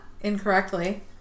incorrectly